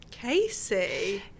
Casey